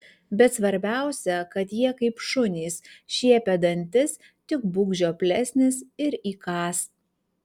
bet svarbiausia kad jie kaip šunys šiepia dantis tik būk žioplesnis ir įkąs